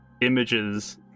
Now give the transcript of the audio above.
images